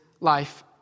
life